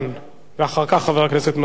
ואחר כך, חבר הכנסת מסעוד גנאים.